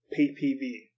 PPV